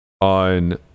on